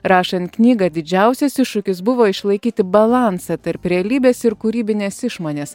rašant knygą didžiausias iššūkis buvo išlaikyti balansą tarp realybės ir kūrybinės išmonės